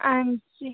हां जी